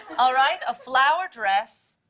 all right? a flower dress.